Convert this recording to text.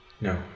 No